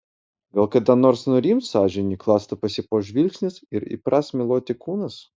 gal kada nors nurims sąžinė klasta pasipuoš žvilgsnis ir įpras meluoti kūnas